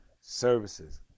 services